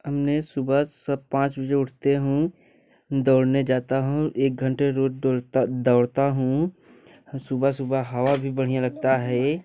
हम सुबह सब पाँच बजे उठते हैं दौड़ने जाते हैं एक घंटे रोज दौड़ दौड़ते हैं सुबह सुबह हवा भी बढ़िया लगती है